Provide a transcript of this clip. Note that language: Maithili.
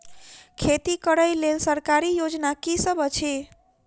खेती करै लेल सरकारी योजना की सब अछि?